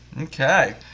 Okay